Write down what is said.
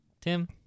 Tim